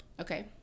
Okay